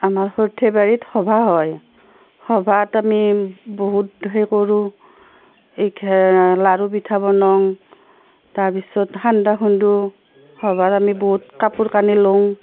আমাৰ সৰ্থেবাৰীত সভা হয় সভাত আমি বহুত সেই কৰোঁ এই খে লাৰু পিঠা বনাওঁ তাৰপিছত সান্দা খুন্দো সভাত আমি বহুত কাপোৰ কানি লওঁ